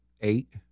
eight